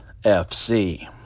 FC